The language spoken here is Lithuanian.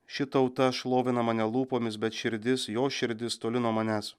ši tauta šlovina mane lūpomis bet širdis jo širdis toli nuo manęs